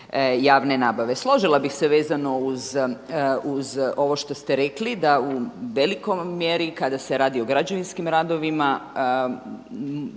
javne nabave. Složila bih se vezano uz ovo što ste rekli da u velikoj mjeri kada se radi o građevinskim radovima